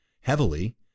heavily